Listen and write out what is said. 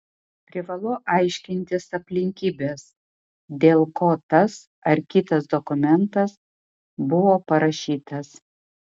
privalu aiškintis aplinkybes dėl ko tas ar kitas dokumentas buvo parašytas